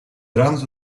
drums